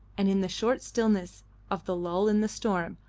and, in the short stillness of the lull in the storm,